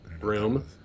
room